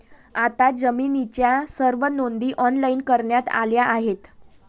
आता जमिनीच्या सर्व नोंदी ऑनलाइन करण्यात आल्या आहेत